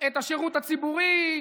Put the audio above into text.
את השירות הציבורי,